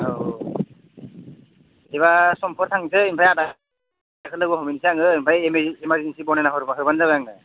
औ औ औ बिदिबा समफोर थांनिसै ओमफ्राय आदाखौ लोगो हमहैनोसै आङो ओमफ्राय एमारजेन्सि बनायना हरबानो जाबाय आंनो